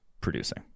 producing